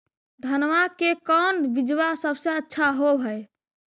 धनमा के कौन बिजबा सबसे अच्छा होव है?